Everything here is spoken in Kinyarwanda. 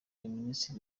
ministre